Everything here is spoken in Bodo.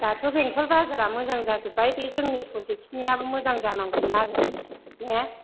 दाथ' बेंटल बाजारा मोजां जाजोब्बाय बे जोंनि ससेखिनियाबो मोजां जानांगौमोन आरो ने